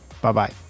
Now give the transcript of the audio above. Bye-bye